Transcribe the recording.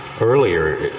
earlier